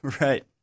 Right